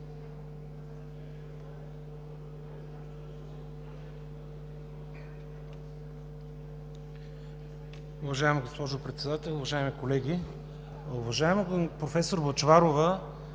Уважаема госпожо Председател, уважаеми колеги! Уважаема професор Бъчварова,